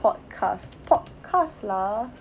podcast podcast lah